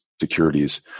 securities